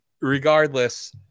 regardless